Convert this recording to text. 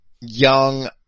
young